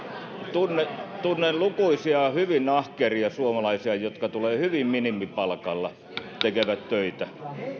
tunnen tunnen lukuisia hyvin ahkeria suomalaisia jotka hyvin minimipalkalla tekevät töitä